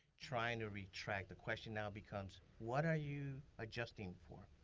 trying to retract, the question now becomes what are you adjusting for?